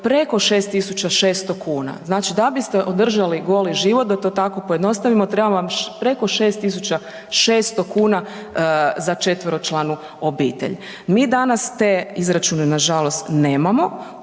preko 6.600 kuna. Znači da biste održali goli život da to tako pojednostavimo treba vam preko 6.600 kuna za četveročlanu obitelj. Mi danas te izračune nažalost nemamo.